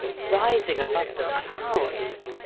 rising above the clouds?